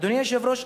אדוני היושב-ראש,